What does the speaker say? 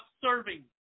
serving